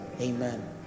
amen